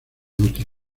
inútil